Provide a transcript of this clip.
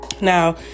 Now